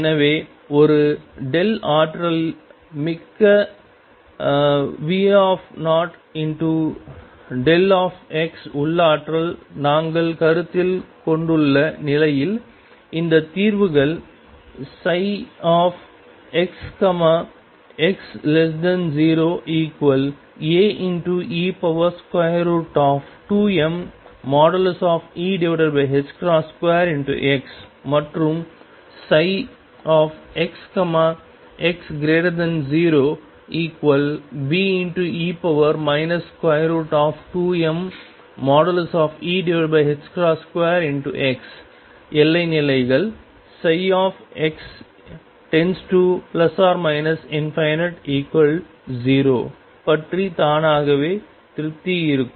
எனவே ஒரு ஆற்றல்மிக்க V0δ உள்ளாற்றல் நாங்கள் கருத்தில் கொண்டுள்ள நிலையில் இந்த தீர்வுகள் xx0Ae2mE2x மற்றும் xx0Be 2mE2x எல்லை நிலைகள் x→±∞0 பற்றி தானாகவே திருப்தி இருக்கும்